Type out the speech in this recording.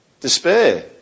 Despair